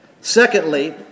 Secondly